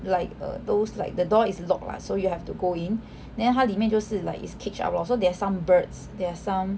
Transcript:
like err those like the door is locked lah so you have to go in then 它里面就是 like it's caged up lor so there are some birds there are some